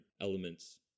elements